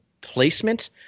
placement